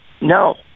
No